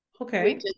Okay